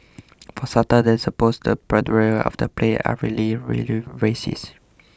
for starters the supposed 'protagonists' of the play are really really racist